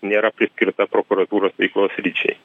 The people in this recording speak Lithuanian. nėra priskirta prokuratūros veiklos sričiai